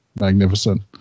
magnificent